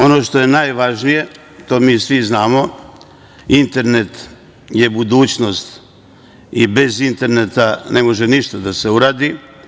Ono što je najvažnije, to mi svi znamo, internet je budućnost i bez interneta ne može ništa da se uradi.